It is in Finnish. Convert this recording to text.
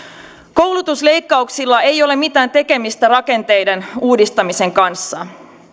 koulutusleikkauksilla ei ole mitään tekemistä rakenteiden uudistamisen kanssa